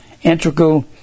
integral